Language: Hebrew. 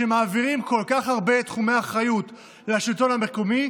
כשמעבירים כל כך הרבה תחומי אחריות לשלטון המקומי,